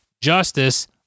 justice